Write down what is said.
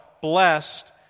blessed